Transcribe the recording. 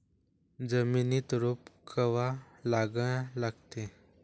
जमिनीत रोप कवा लागा लागते?